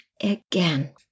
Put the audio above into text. again